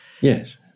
Yes